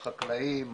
החקלאים,